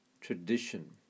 tradition